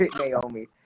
Naomi